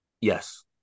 Yes